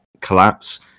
collapse